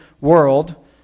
world